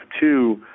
two